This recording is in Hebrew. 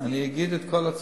אני אגיד את כל הצעדים,